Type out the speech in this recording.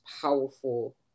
powerful